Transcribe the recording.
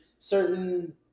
certain